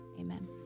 amen